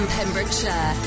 Pembrokeshire